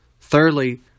Thirdly